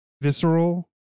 visceral